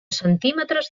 centímetres